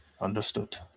Understood